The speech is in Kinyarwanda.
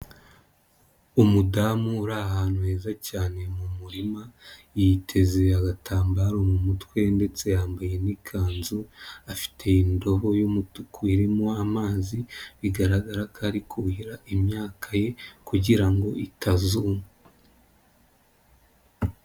Umudamu uri ahantu heza cyane mu murima yiteze agatambaro mu mutwe ndetse yambaye n'ikanzu, afite indobo y'umutuku irimo amazi bigaragara ko ari kuhira imyaka ye kugira ngo itazuma.